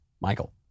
Michael